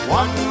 one